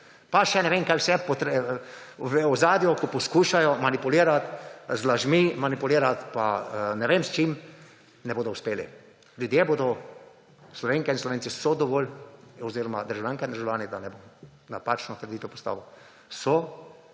pa še ne vem kaj vse je v ozadju pa poskušajo manipulirati z lažmi, manipulirati pa ne vem s čim ne bodo uspeli. Ljudje bodo Slovenke in Slovenci so dovolj oziroma državljanke in državljani, da ne bom napačno trditev postavil so